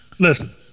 Listen